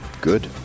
Good